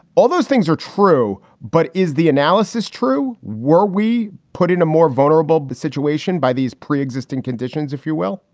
all those things are true. but is the analysis true? were we put in a more vulnerable situation by these pre-existing conditions, if you will?